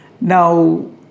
Now